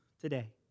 today